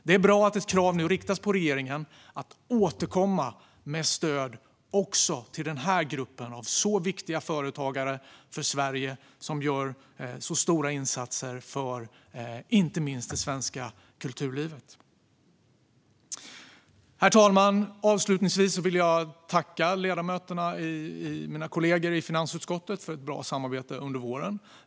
Det är bra att ett krav nu riktas till regeringen att återkomma med stöd också till denna grupp av företagare, som är viktiga för Sverige och som gör stora insatser, inte minst för det svenska kulturlivet. Herr talman! Avslutningsvis vill jag tacka ledamöterna och mina kollegor i finansutskottet för ett bra samarbete under våren.